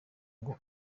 ngo